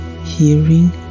hearing